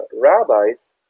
rabbis